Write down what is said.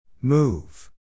Move